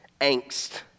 angst